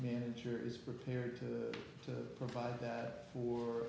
manager is prepared to to provide that for